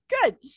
good